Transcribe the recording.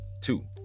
Two